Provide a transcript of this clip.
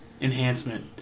Enhancement